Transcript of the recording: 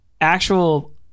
actual